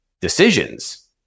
decisions